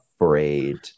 afraid